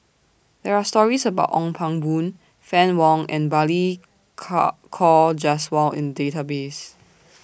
There Are stories about Ong Pang Boon Fann Wong and Balli Car Kaur Jaswal in Database